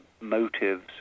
motives